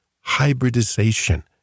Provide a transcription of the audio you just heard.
hybridization